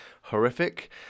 horrific